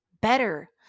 better